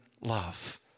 love